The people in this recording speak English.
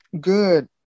Good